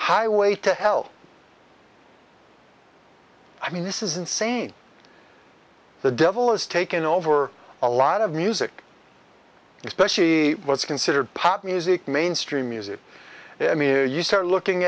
highway to hell i mean this is insane the devil has taken over a lot of music especially what's considered pop music mainstream music i mean you start looking